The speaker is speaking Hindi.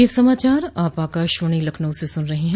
ब्रे क यह समाचार आप आकाशवाणी लखनऊ से सुन रहे हैं